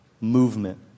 movement